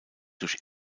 durch